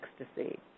ecstasy